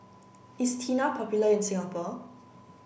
is Tena popular in Singapore